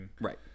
Right